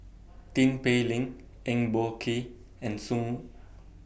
Tin Pei Ling Eng Boh Kee and Song